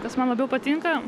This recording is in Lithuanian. kas man labiau patinka